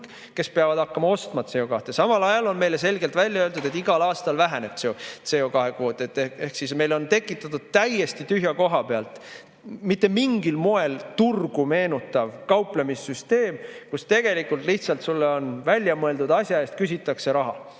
kes peavad hakkama ostma CO2.Samal ajal on meile selgelt välja öeldud, et igal aastal väheneb CO2kvoot. Ehk siis meil on tekitatud täiesti tühja koha pealt mitte mingil moel turgu meenutav kauplemissüsteem ja tegelikult lihtsalt välja mõeldud asja eest sinult küsitakse raha.